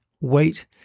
wait